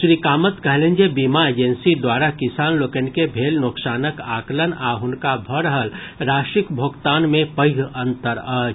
श्री कामत कहलनि जे बीमा एजेंसी द्वारा किसान लोकनि के भेल नोकसानक आंकलन आ हुनका भऽ रहल राशिक भोगतान मे पैघ अंतर अछि